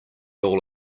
all